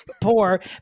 poor